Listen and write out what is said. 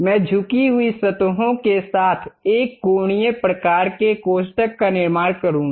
मैं झुकी हुई सतहों के साथ एक कोणीय प्रकार के कोष्ठक का निर्माण करूंगा